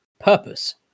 purpose